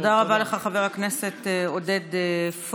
תודה רבה לך, חבר הכנסת עודד פורר.